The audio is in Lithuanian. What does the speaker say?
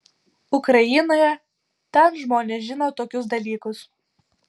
ukrainoje ten žmonės žino tokius dalykus